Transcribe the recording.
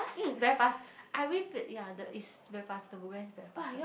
mm very fast I believe the ya the is very fast the progress is very fast ya